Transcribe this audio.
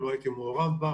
לא הייתי מעורב בה,